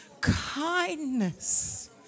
kindness